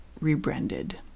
rebranded